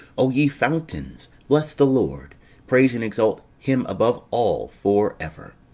o ye fountains, bless the lord praise and exalt him above all for ever.